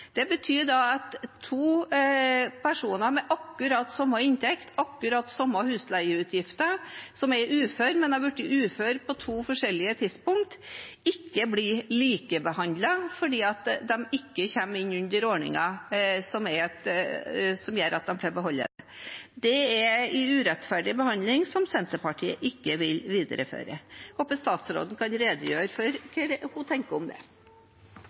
Det betyr at to personer med akkurat samme inntekt og akkurat samme husleieutgifter, som er uføre, men som har blitt uføre på to forskjellige tidspunkt, ikke blir likebehandlet – fordi begge ikke kommer inn under ordningen som gjør at de får beholde bostøtten. Det er en urettferdig behandling som Senterpartiet ikke vil videreføre. Jeg håper statsråden kan redegjøre for hva hun tenker om det.